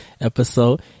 episode